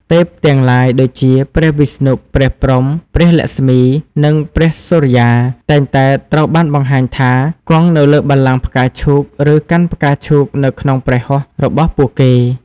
ទេពទាំងឡាយដូចជា ព្រះវិស្ណុ ព្រះព្រហ្ម ព្រះលក្ម្សី និងព្រះសូរ្យា តែងតែត្រូវបានបង្ហាញថា គង់នៅលើបល្ល័ង្កផ្កាឈូក ឬកាន់ផ្កាឈូកនៅក្នុងព្រះហស្ថរបស់ពួកគេ។